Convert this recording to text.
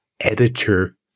editor